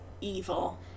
evil